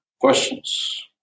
Questions